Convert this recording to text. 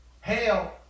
Hell